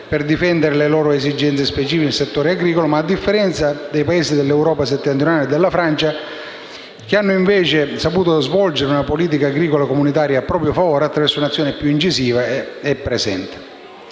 per difendere le loro esigenze specifiche nel settore agricolo, a differenza di quelli dell'Europa settentrionale e della Francia, che hanno saputo volgere la Politica agricola comunitaria a proprio favore attraverso un'azione più incisiva e presente.